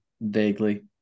vaguely